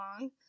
long